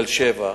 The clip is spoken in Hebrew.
תל-שבע,